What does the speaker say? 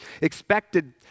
expected